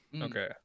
Okay